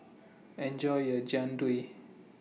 Enjoy your Jian Dui